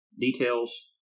details